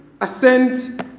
assent